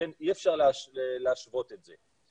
לכן אי אפשר להשוות את זה.